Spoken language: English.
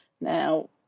Now